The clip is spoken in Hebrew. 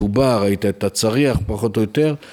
הוא בא ראית את הצריח פחות או יותר